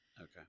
Okay